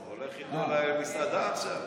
הולך איתו למסעדה עכשיו.